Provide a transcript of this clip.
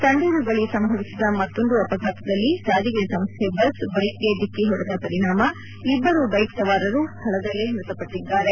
ಸಂಡೂರು ಬಳಿ ಸಂಭವಿಸಿದ ಮತ್ತೊಂದು ಅಪಘಾತದಲ್ಲಿ ಸಾರಿಗೆ ಸಂಸ್ಥೆ ಬಸ್ ಬೈಕ್ ಗೆ ಡಿಕ್ಕಿ ಹೊಡೆದ ಪರಿಣಾಮ ಇಬ್ಬರು ಬೈಕ್ ಸವಾರರು ಸ್ದಳದಲ್ಲೇ ಮೃತಪಟ್ಟಿದ್ದಾರೆ